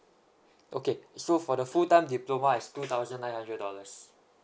okay so for the full time diploma it's two thousand nine hundred dollars